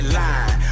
line